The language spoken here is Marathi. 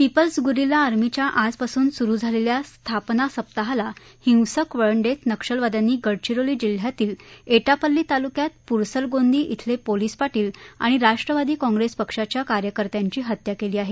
पीपल्स गुर्रिल्ला आर्मीच्या आजपासून सुरु झालेल्या स्थापना सप्ताहाला हिंसक वळण देत नक्षलवाद्यांनी गडचिरोली जिल्ह्यातील एटापल्ली तालुक्यात पुरसलगोंदी धिले पोलिस पाटील आणि राष्ट्रवादी काँग्रेस पक्षाच्या कार्यकर्त्यांची हत्या केली आहे